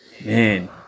Man